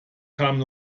kamen